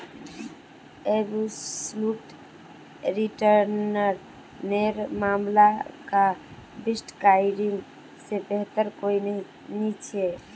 absolute return नेर मामला क बिटकॉइन से बेहतर कोई नी छे